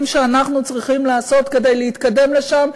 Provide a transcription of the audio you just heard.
שאנחנו צריכים לעשות כדי להתקדם לשם,